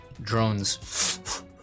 drones